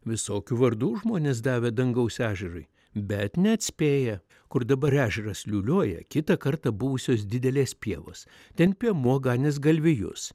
visokių vardų žmonės davė dangaus ežerui bet neatspėję kur dabar ežeras liūliuoja kitą kartą buvusios didelės pievos ten piemuo ganęs galvijus